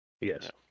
Yes